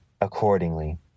accordingly